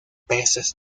peces